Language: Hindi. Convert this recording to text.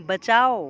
बचाओ